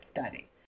study